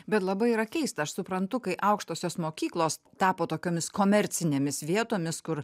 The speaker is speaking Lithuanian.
bet labai yra keista aš suprantu kai aukštosios mokyklos tapo tokiomis komercinėmis vietomis kur